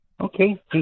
Okay